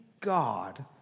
God